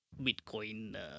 Bitcoin